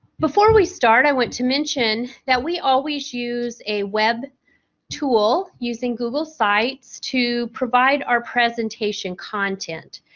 before, we start i want to mention that we always use a web tool using google sites to provide our presentation content.